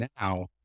now